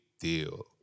deal